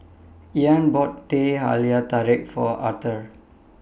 Ian bought Teh Halia Tarik For Arthor